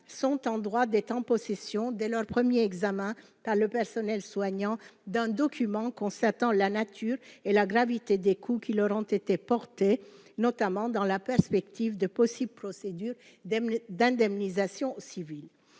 sont en droit d'être en possession de leur 1er examen par le personnel soignant d'un document qu'on s'attend la nature et la gravité des coûts qui leur ont été portées notamment dans la perspective de possibles procédures d'indemnisations civiles